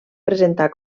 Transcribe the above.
presentar